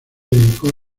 dedicó